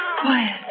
quiet